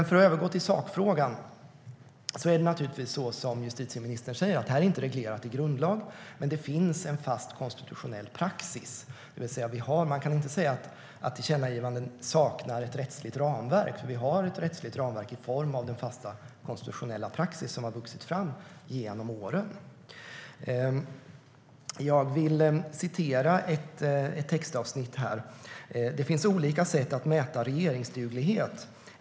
För att övergå till sakfrågan är det givetvis så som justitieministern säger, nämligen att detta inte är reglerat i grundlag. Men det finns en fast konstitutionell praxis. Man kan därför inte säga att tillkännagivanden saknar ett rättsligt ramverk, för vi har ett rättsligt ramverk i form av den fasta konstitutionella praxis som har vuxit fram genom åren. Låt mig citera ett textavsnitt: "Det finns olika sätt att mäta regeringsduglighet.